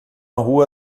rua